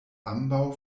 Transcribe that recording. ambaŭ